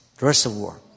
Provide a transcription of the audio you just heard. reservoir